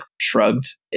shrugged